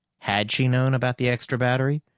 had she known about the extra battery?